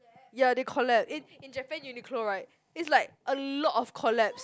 ya they collab in in Japan Uniqlo right is like a lot of collabs